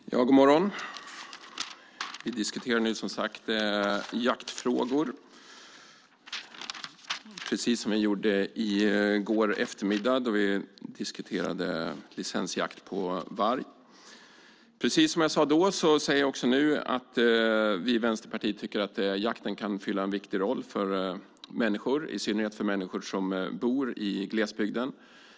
Fru talman! God morgon! Vi diskuterar nu som sagt jaktfrågor, precis som vi gjorde i går eftermiddag då vi diskuterade licensjakt på varg. Precis som jag sade då säger jag också nu att vi i Vänsterpartiet tycker att jakten kan spela en viktig roll för människor, i synnerhet för människor som bor i glesbygden.